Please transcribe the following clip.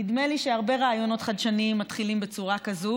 נדמה לי שהרבה רעיונות חדשניים מתחילים בצורה כזאת,